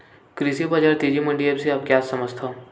कृषि बजार तेजी मंडी एप्प से आप मन का समझथव?